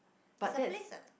it's a place